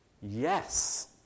Yes